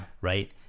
Right